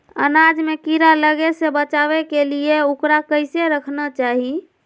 अनाज में कीड़ा लगे से बचावे के लिए, उकरा कैसे रखना चाही?